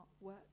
work